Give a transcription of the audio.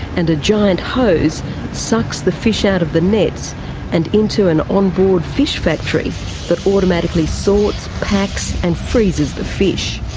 and a giant hose sucks the fish out of the nets and into an on-board fish factory that automatically sorts, packs and freezes the fish.